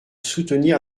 soutenir